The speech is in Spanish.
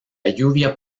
lluvia